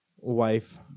wife